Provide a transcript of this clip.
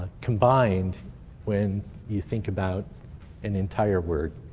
combined when you think about an entire word.